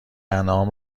انعام